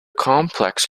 complex